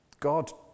God